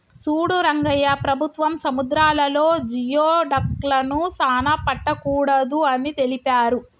సూడు రంగయ్య ప్రభుత్వం సముద్రాలలో జియోడక్లను సానా పట్టకూడదు అని తెలిపారు